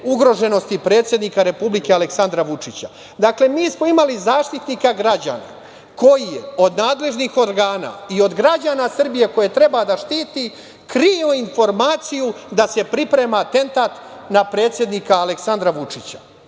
ugroženosti predsednika republike Aleksandra Vučića. Dakle, mi smo imali Zaštitnika građana, koji je od nadležnih organa i od građana Srbije, koje treba da štiti, krio informaciju da se priprema atentat na predsednika Aleksandra Vučića. Možete